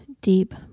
deep